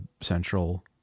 central